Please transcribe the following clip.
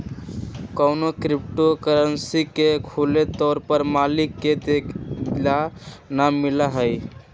कौनो cryptocurrency के खुले तौर पर मालिक के देखे ला ना मिला हई